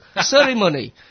ceremony